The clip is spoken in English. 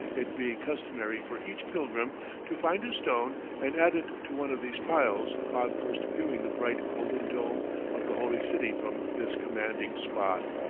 it being customary for each pilgrim to find a stone and add it to one of these piles upon first viewing the bright golden dome of the holy city from this commanding spot.